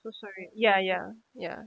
so sorry ya ya ya